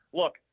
look